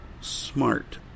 smart